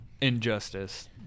injustice